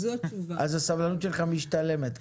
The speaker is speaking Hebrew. אז הסבלנות שלך משתלמת.